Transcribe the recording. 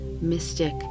mystic